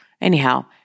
Anyhow